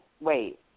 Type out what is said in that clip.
wait